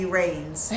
rains. (